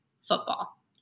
football